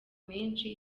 menshi